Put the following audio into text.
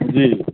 जी